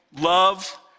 love